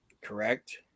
Correct